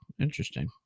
interesting